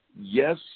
yes